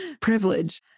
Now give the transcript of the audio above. Privilege